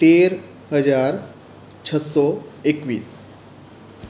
તેર હજાર છસો એકવીસ